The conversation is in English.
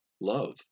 love